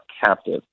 captive